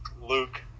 Luke